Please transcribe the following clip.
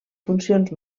funcions